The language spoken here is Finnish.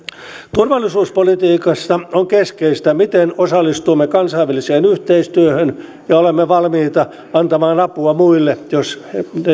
turvallisuuspolitiikassa on keskeistä miten osallistumme kansainväliseen yhteistyöhön ja olemme valmiita antamaan apua muille jos ne